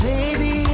Baby